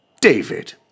David